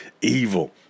evil